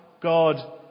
God